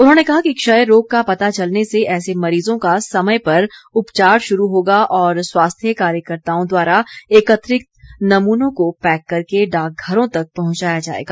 उन्होंने कहा कि क्षय रोग का पता चलने से ऐसे मरीजों का समय पर उपचार शुरू होगा और स्वास्थ्य कार्यकर्ताओं द्वारा एकत्रित नमूनों को पैक करके डाक घरों तक पहुंचाया जाएगा